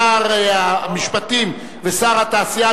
שר המשפטים ושר התעשייה,